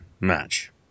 match